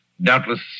Doubtless